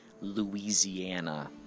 Louisiana